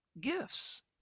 gifts